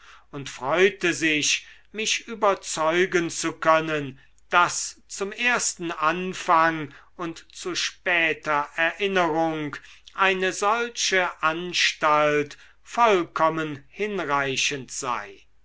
und freute sich mich überzeugen zu können daß zum ersten anfang und zu später erinnerung eine solche anstalt vollkommen hinreichend sei